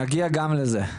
נגיע גם לזה.